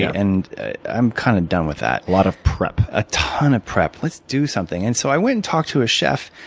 and i'm kind of done with that. a lot of prep. a ton of prep. let's do something. and so i went and talked to a chef.